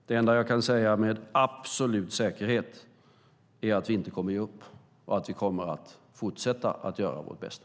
Det enda jag kan säga med absolut säkerhet är att vi inte kommer att ge upp och att vi kommer att fortsätta att göra vårt bästa.